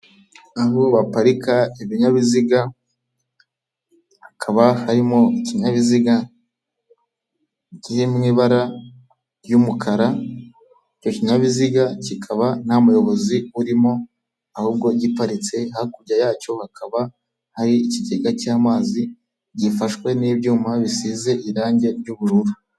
Aho baparika ibinyabiziga, hakaba harimo ikinyabiziga kiri mu ibara ry'umukara, icyo kinyabiziga kikaba nta muyobozi urimo, ahubwo giparitse, hakurya yacyo hakaba hari ikigega cy'amazi gifashwe n'ibyuma bisize irange ry'ubururu.